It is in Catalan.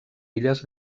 illes